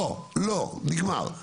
לא, נגמר.